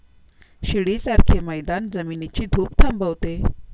शिडीसारखे मैदान जमिनीची धूप थांबवते